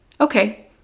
okay